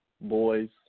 boys